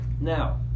Now